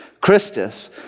christus